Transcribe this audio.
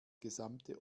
gesamte